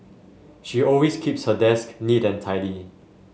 she always keeps her desk neat and tidy